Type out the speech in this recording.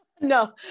No